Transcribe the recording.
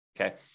Okay